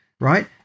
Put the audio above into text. right